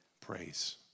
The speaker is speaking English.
praise